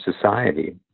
society